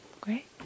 Great